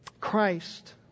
Christ